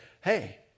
Hey